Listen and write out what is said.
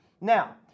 now